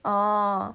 orh